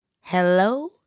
Hello